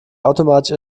automatisch